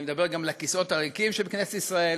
אני מדבר גם לכיסאות הריקים של כנסת ישראל,